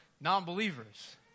non-believers